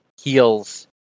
heals